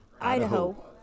Idaho